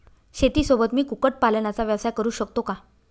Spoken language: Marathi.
शेतीसोबत मी कुक्कुटपालनाचा व्यवसाय करु शकतो का?